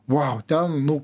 vau ten nu